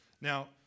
Now